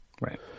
Right